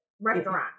Restaurant